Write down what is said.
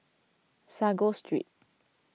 Sago Street